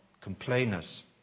complainers